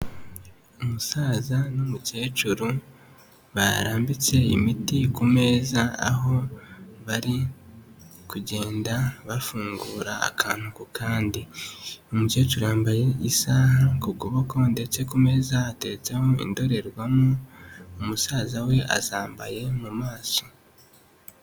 Umusaza n'umukecuru barambitse imiti ku meza, aho bari kugenda bafungura akantu ku kandi, umukecuru yambaye isaha ku kuboko ndetse ku meza hatetseho indorerwamo, umusaza we azambaye mu maso.